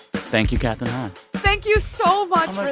thank you, kathryn hahn thank you so much for